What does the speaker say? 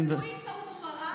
אתם טועים טעות מרה.